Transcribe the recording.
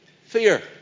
fear